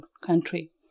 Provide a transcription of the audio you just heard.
country